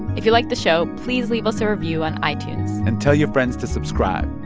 if you like the show, please leave us a review on itunes and tell your friends to subscribe.